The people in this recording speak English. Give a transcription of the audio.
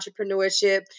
entrepreneurship